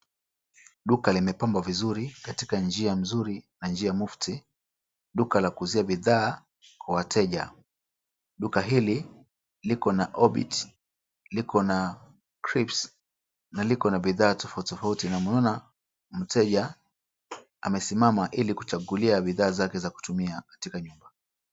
Duka limepambwa vizuri katika njia nzuri na njia mufti. Duka la kuuzia bidhaa kwa wateja. Duka hili liko na Orbit na liko na Crisps na liko na bidhaa tofauti tofauti na mnaona mteja amesimama ili kuchagulia bidhaa zake za kutumia katika nyumba.